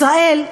ישראל,